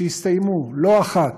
שהסתיימו לא אחת